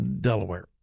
Delaware